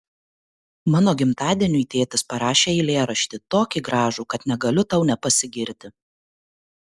mano gimtadieniui tėtis parašė eilėraštį tokį gražų kad negaliu tau nepasigirti